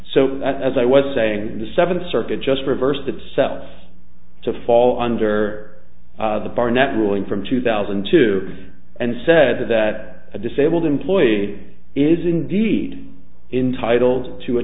so as i was saying the seventh circuit just reversed itself to fall under the barnett ruling from two thousand and two and said that a disabled employee is indeed intitled to a